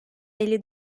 elli